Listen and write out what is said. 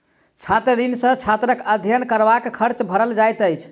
छात्र ऋण सॅ छात्रक अध्ययन करबाक खर्च भरल जाइत अछि